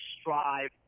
strive